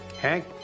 Hank